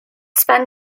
spend